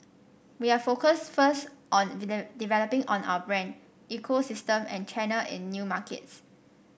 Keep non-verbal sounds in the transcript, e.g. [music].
we are focused first on [unintelligible] developing on our brand ecosystem and channel in new markets